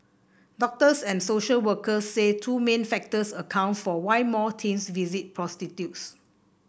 doctors and social workers say two main factors account for why more teens visit prostitutes